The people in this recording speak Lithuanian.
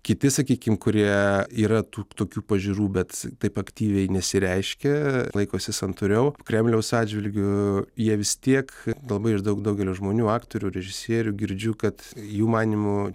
kiti sakykim kurie yra tų tokių pažiūrų bet taip aktyviai nesireiškia laikosi santūriau kremliaus atžvilgiu jie vis tiek labai iš daug daugelio žmonių aktorių režisierių girdžiu kad jų manymu